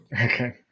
Okay